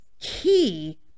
key